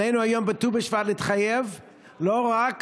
עלינו היום בט"ו בשבט להתחייב לא רק